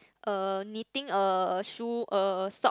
uh knitting a shoe a sock